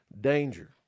Danger